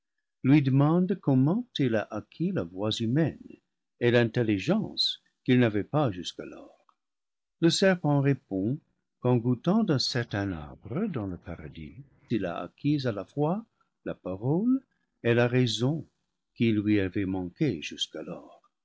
lui demande comment il a acquis la voix humaine et l'intelligence qu'il n'avait pas jusqu'alors le serpent répond qu'en goûtant d'un certain arbre dans le paradis il a acquis à la fois la parole et la raison qui lui avaient manqué jusqu'alors